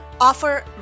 offer